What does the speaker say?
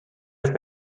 have